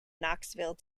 knoxville